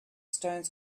stones